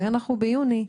ואנחנו ביוני,